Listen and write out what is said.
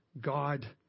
God